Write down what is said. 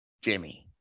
Jimmy